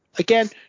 Again